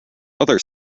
other